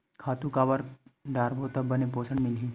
खातु काबर डारबो त बने पोषण मिलही?